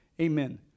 Amen